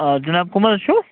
آ جِناب کم حظ چھُو